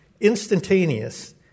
Instantaneous